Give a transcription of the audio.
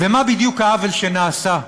ומה בדיוק העוול שנעשה?